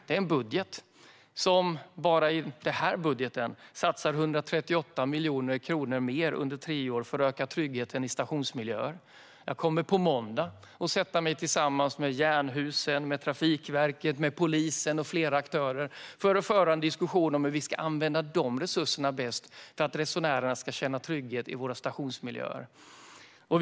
Det är även en budget, och bara i årets budget satsas 138 miljoner kronor mer under tre år för att öka tryggheten i stationsmiljöer. Jag kommer att på måndag sätta mig tillsammans med Jernhusen, Trafikverket, polisen och flera andra aktörer för att föra en diskussion om hur vi ska använda dessa resurser bäst för att resenärerna ska känna trygghet i stationsmiljöerna.